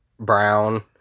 brown